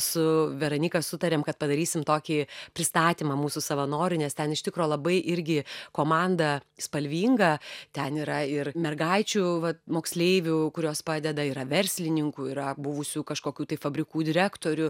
su veronyka sutarėm kad padarysim tokį pristatymą mūsų savanorių nes ten iš tikro labai irgi komanda spalvinga ten yra ir mergaičių moksleivių kurios padeda yra verslininkų yra buvusių kažkokių tai fabrikų direktorių